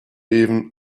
even